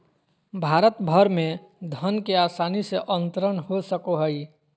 भारत भर में धन के आसानी से अंतरण हो सको हइ